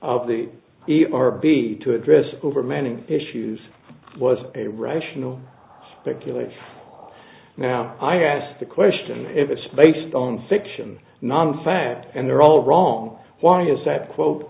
of the e r be to address over many issues was a rational speculation now i asked the question if it's based on fiction nonfat and they're all wrong why is that quote